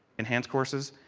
enhance courses,